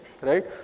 right